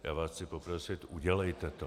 Já vás chci poprosit udělejte to.